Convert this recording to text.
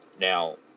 Now